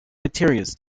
materials